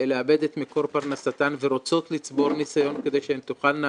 לאבד את מקור פרנסתן ורוצות לצבור ניסיון כדי שהן תוכלנה